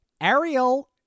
Ariel